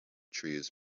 trees